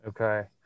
Okay